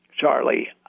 Charlie